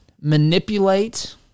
manipulate